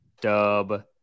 dub